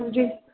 तुमची